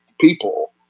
people